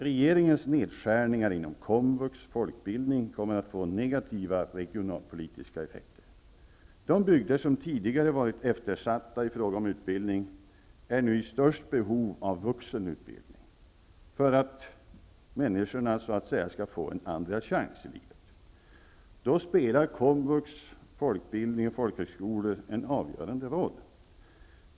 Regeringens nedskärningar inom Komvux och folkbildning kommer att få negativa regionalpolitiska effekter. De bygder som tidigare har varit eftersatta i fråga om utbildning har nu det största behovet av vuxenutbildning för att människorna så att säga skall få en andra chans i livet. Då spelar Komvux, folkbildning och folkhögskolor en avgörande roll.